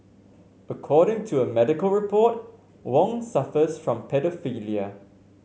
according to a medical report Wong suffers from paedophilia